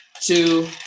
two